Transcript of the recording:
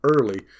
early